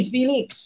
Felix